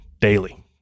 daily